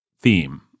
theme